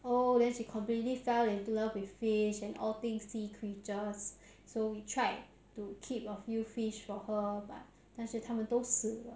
oh then she completely fell in love with fish and all thing sea creatures so try to keep a few fish for her but 但是他们都死了